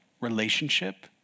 Relationship